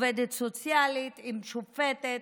עובדת סוציאלית עם שופטת,